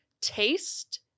taste